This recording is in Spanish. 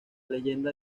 leyenda